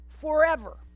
forever